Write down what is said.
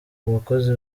abakozi